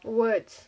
words